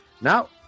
now